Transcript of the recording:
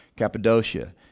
Cappadocia